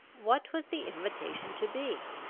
what was the invitation to be?